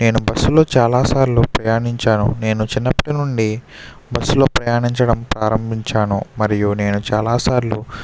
నేను బస్సు లో చాలాసార్లు ప్రయాణించాను నేను చిన్నప్పటినుండి బస్సు ల్లో ప్రయాణించడం ప్రారంభించాను మరియు నేను చాలాసార్లు